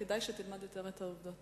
כדאי שתלמד יותר את העובדות.